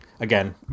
again